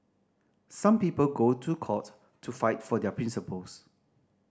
some people go to court to fight for their principles